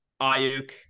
Ayuk